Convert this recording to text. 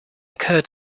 occur